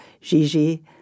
Gigi